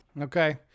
Okay